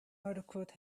articles